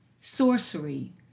sorcery